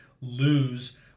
lose